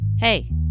Hey